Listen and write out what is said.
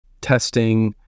testing